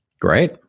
great